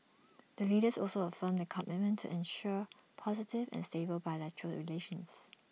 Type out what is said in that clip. the leaders also reaffirmed their commitment ensure positive and stable bilateral relations